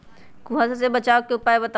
कुहासा से बचाव के उपाय बताऊ?